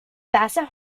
bassett